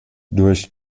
durch